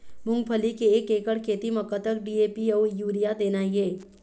मूंगफली के एक एकड़ खेती म कतक डी.ए.पी अउ यूरिया देना ये?